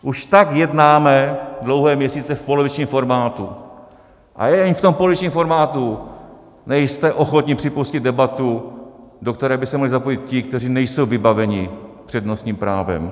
Už tak jednáme dlouhé měsíce v polovičním formátu a ani v tom polovičním formátu nejste ochotni připustit debatu, do které by se mohli zapojit ti, kteří nejsou vybaveni přednostním právem.